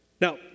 Now